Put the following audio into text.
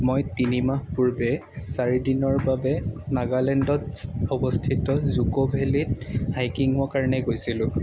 মই তিনি মাহ পূৰ্বে চাৰি দিনৰ বাবে নাগালেণ্ডত অৱস্থিত জ'ক' ভেলিত হাইকিঙৰ কাৰণে গৈছিলোঁ